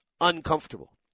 uncomfortable